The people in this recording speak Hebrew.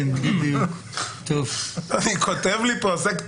אני כותב לי פה, עושה ציוצים,